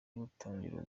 gutangira